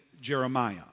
Jeremiah